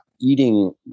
eating